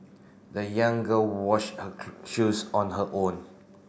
the young girl washed her shoes on her own